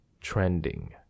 trending